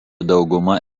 dauguma